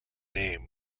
name